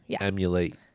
emulate